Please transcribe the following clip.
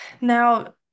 Now